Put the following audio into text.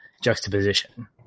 juxtaposition